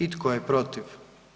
I tko je protiv?